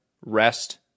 rest